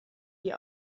die